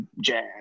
jazz